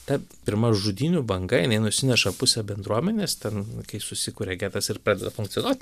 ta pirma žudynių banga jinai nusineša pusę bendruomenės ten kai susikuria getas ir pradeda funkcionuot